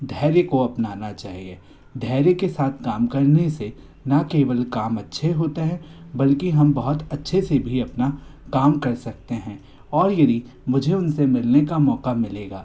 धैर्य को अपनाना चाहिए धैर्य के साथ काम करने से ना केवल काम अच्छे होता है बल्कि हम बहुत अच्छे से भी अपना काम कर सकते हैं और यदि मुझे उनसे मिलने का मौका मिलेगा